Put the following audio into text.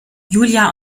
julia